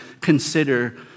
consider